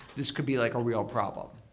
this could be like a real problem.